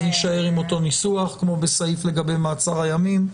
אז נישאר עם אותו ניסוח כמו בסעיף לגבי מעצר הימים,